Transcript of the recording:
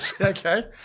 Okay